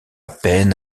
peine